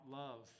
love